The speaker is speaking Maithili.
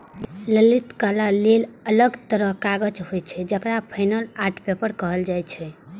ललित कला लेल अलग तरहक कागज होइ छै, जेकरा फाइन आर्ट पेपर कहल जाइ छै